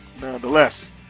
nonetheless